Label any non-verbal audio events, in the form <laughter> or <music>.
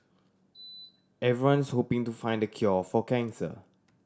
<noise> everyone's hoping to find the cure for cancer